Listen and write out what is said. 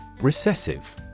Recessive